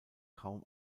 kaum